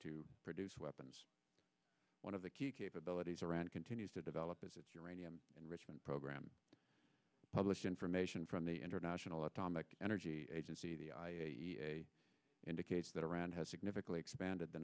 to produce weapons one of the key capabilities around continues to develop is its uranium enrichment program published information from the international atomic energy agency that indicates that iran has significantly expanded the